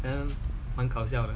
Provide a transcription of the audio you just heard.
then 搞笑 eh